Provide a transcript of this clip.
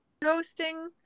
ghosting